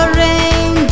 rain